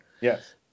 Yes